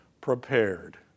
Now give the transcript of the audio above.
prepared